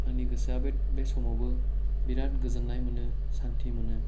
आंनि गोसोआ बे समावबो बिराद गोजोन्नाय मोनो सान्थि मोनो